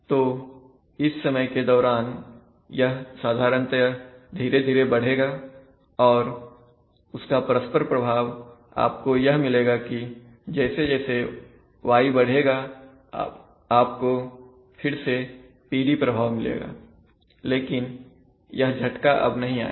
तो इस समय के दौरान यह साधारणतया धीरे धीरे बढ़ेगा और उसका परस्पर प्रभाव आपको यह मिलेगा कि जैसे जैसे Y बढ़ेगा आपको फिर से PD प्रभाव मिलेगा लेकिन यह झटका अब नहीं आएगा